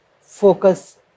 focus